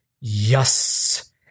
yes